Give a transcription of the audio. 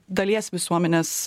dalies visuomenės